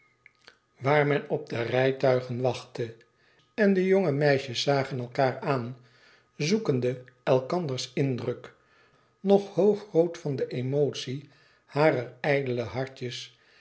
waar men op de rijtuigen wachtte en de jonge meisjes zagen elkaâr aan zoekende elkanders indruk nog hoogrood van de emotie harer ijdele hartjes